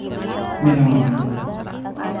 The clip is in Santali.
ᱵᱮᱱᱟᱣ ᱟᱠᱟᱱᱟ